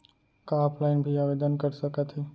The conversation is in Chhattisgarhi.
का ऑफलाइन भी आवदेन कर सकत हे?